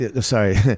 sorry